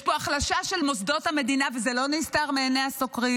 יש פה החלשה של מוסדות המדינה וזה לא נסתר מעיני הסוקרים.